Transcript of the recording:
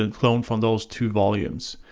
and cloned from those two volumes.